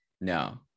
no